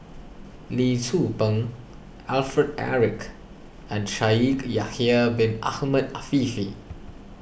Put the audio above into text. Lee Tzu Pheng Alfred Eric and Shaikh Yahya Bin Ahmed Afifi